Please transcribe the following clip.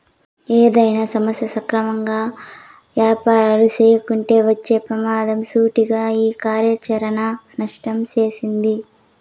ఏదైనా సంస్థ సక్రమంగా యాపారాలు చేయకుంటే వచ్చే పెమాదం సూటిగా ఈ కార్యాచరణ నష్టం సెప్తాది